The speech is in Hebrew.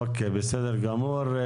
בסדר גמור.